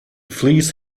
fleece